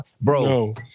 bro